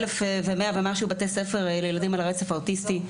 1,100 ומשהו בתי ספר לילדים על הרצף האוטיסטי,